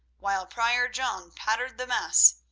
while prior john pattered the mass.